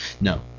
No